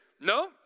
no